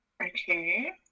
okay